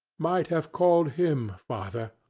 might have called him father,